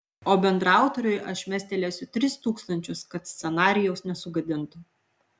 o bendraautoriui aš mestelėsiu tris tūkstančius kad scenarijaus nesugadintų